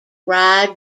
ride